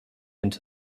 into